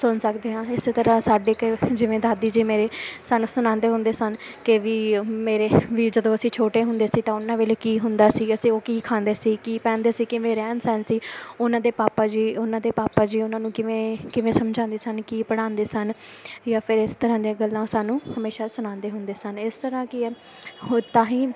ਸੁਣ ਸਕਦੇ ਹਾਂ ਇਸ ਤਰ੍ਹਾਂ ਸਾਡੇ ਕ ਜਿਵੇਂ ਦਾਦੀ ਜੀ ਮੇਰੇ ਸਾਨੂੰ ਸੁਣਾਉਂਦੇ ਹੁੰਦੇ ਸਨ ਕਿ ਵੀ ਮੇਰੇ ਵੀ ਜਦੋਂ ਅਸੀਂ ਛੋਟੇ ਹੁੰਦੇ ਸੀ ਤਾਂ ਉਹਨਾਂ ਵੇਲੇ ਕੀ ਹੁੰਦਾ ਸੀ ਅਸੀਂ ਉਹ ਕੀ ਖਾਂਦੇ ਸੀ ਕੀ ਪਹਿਨਦੇ ਸੀ ਕਿਵੇਂ ਰਹਿਣ ਸਹਿਣ ਸੀ ਉਹਨਾਂ ਦੇ ਪਾਪਾ ਜੀ ਉਹਨਾਂ ਦੇ ਪਾਪਾ ਜੀ ਉਹਨਾਂ ਨੂੰ ਕਿਵੇਂ ਕਿਵੇਂ ਸਮਝਾਉਂਦੇ ਸਨ ਕੀ ਪੜ੍ਹਾਉਂਦੇ ਸਨ ਜਾਂ ਫਿਰ ਇਸ ਤਰ੍ਹਾਂ ਦੀਆਂ ਗੱਲਾਂ ਸਾਨੂੰ ਹਮੇਸ਼ਾ ਸੁਣਾਉਂਦੇ ਹੁੰਦੇ ਸਨ ਇਸ ਤਰ੍ਹਾਂ ਕੀ ਹੈ ਹੋ ਤਾਂ ਹੀ